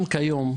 גם כיום,